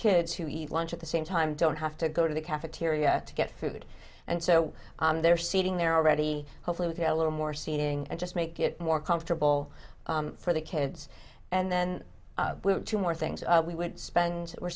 kids who eat lunch at the same time don't have to go to the cafeteria to get food and so they're sitting there already hopefully with a little more seating and just make it more comfortable for the kids and then two more things we would spend we're